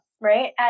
right